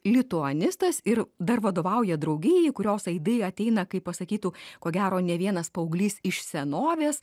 lituanistas ir dar vadovauja draugijai kurios aidai ateina kaip pasakytų ko gero ne vienas paauglys iš senovės